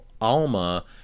ALMA